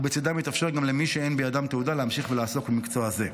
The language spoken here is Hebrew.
ובצידם יתאפשר גם למי שאין בידם תעודה להמשיך לעסוק במקצוע זה.